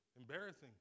embarrassing